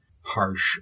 harsh